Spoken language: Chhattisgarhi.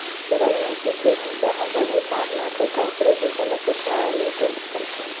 सूरजमूजी के बीजा ह बने पाक जाथे त ओखर बीजा ल पिसवाएले तेल निकलथे